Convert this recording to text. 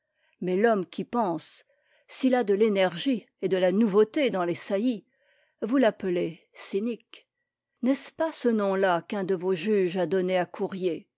mais l'homme qui pense s'il a de l'énergie et de la nouveauté dans ses saillies vous l'appelez cynique n'est-ce pas ce nom-là qu'un de vos juges a donné à courier